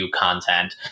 content